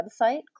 website